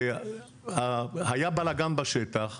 היה בלגן בשטח,